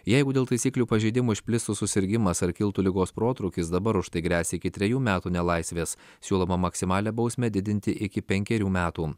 jeigu dėl taisyklių pažeidimų išplistų susirgimas ar kiltų ligos protrūkis dabar už tai gresia iki trejų metų nelaisvės siūloma maksimalią bausmę didinti iki penkerių metų